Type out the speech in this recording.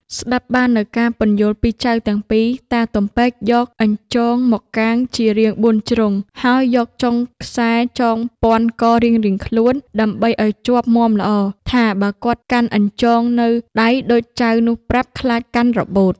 ស្តាប់បាននូវការពន្យល់ពីចៅទាំងពីរ តាទំពែក យកអញ្ចងមកកាងជារាង៤ជ្រុង ហើយ យកចុងខ្សែចងព័ន្ធករៀងៗខ្លួនដើម្បីឱ្យជាប់មាំល្អ ថាបើឱ្យគាត់កាន់អញ្ចងនៅដៃដូចចៅនោះប្រាប់ ខ្លាចកាន់របូត។